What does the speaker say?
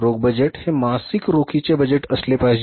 रोख बजेट हे मासिक रोखीचे बजेट असले पाहिजे